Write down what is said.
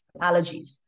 allergies